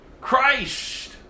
Christ